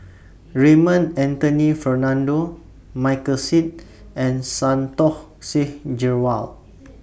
Raymond Anthony Fernando Michael Seet and Santokh Singh Grewal